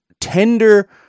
tender